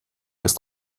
ist